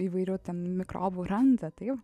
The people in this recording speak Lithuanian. įvairių mikrobų randa taip